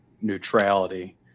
neutrality